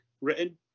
written